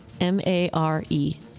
M-A-R-E